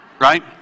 right